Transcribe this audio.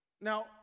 now